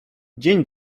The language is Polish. dzień